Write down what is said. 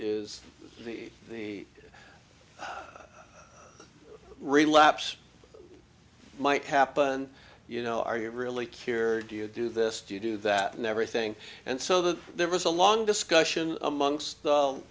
is the the relapse might happen you know are you really cured do you do this do you do that and everything and so that there was a long discussion amongst